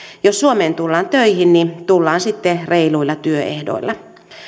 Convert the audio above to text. jos suomeen tullaan töihin niin tullaan sitten reiluilla työehdoilla